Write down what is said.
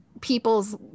people's